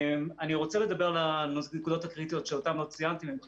אני רוצה לדבר על הנקודות הקריטיות שאותן לא ציינתי והן חשובות.